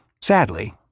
sadly